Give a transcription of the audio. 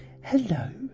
Hello